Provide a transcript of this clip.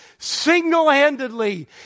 Single-handedly